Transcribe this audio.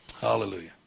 Hallelujah